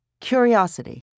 curiosity